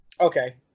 okay